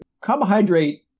carbohydrate